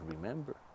remember